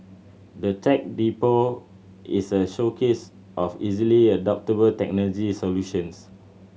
the Tech Depot is a showcase of easily adoptable technology solutions